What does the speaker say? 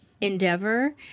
endeavor